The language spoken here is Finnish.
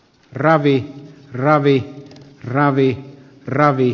ravi ravi ravi ravi